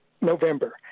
November